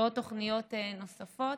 ותוכניות נוספות.